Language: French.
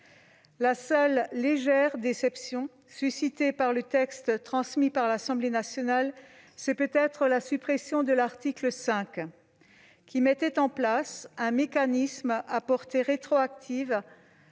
La seule légère déception suscitée par le texte transmis par l'Assemblée nationale, c'est peut-être la suppression de l'article 5, qui mettait en place un mécanisme à portée rétroactive